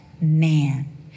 man